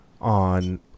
on